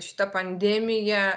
šita pandemija